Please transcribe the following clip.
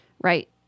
Right